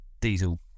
diesel